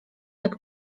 jak